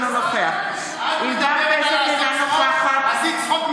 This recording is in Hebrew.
אינו נוכח ענבר בזק,